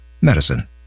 Medicine